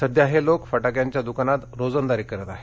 सध्या हे लोक फटाक्यांच्या दुकानात रोजंदारी करत आहेत